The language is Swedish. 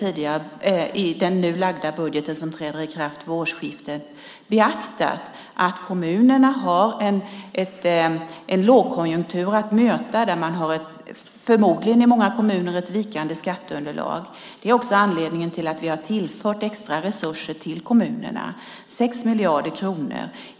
I budgeten, som träder i kraft vid årsskiftet, har vi också beaktat att kommunerna har en lågkonjunktur att möta och att man i många kommuner förmodligen har ett vikande skatteunderlag. Det är också anledningen till att vi har tillfört extra resurser till kommunerna, 6 miljarder kronor.